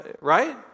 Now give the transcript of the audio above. right